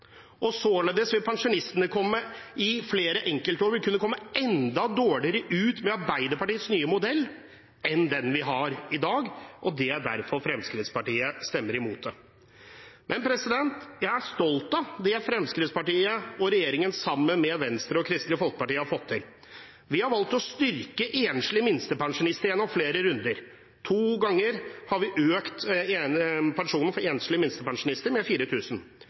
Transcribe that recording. Således vil pensjonistene i flere enkeltår kunne komme enda dårligere ut med Arbeiderpartiets nye modell enn med den vi har i dag, og det er derfor Fremskrittspartiet stemmer imot det. Jeg er stolt av det Fremskrittspartiet og regjeringen sammen med Venstre og Kristelig Folkeparti har fått til. Vi har valgt å styrke enslige minstepensjonister gjennom flere runder. To ganger har vi økt pensjonen for enslige minstepensjonister med